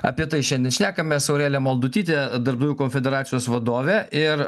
apie tai šiandien šnekamės aurelija maldutytė darbdavių konfederacijos vadovė ir